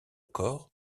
corps